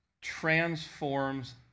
transforms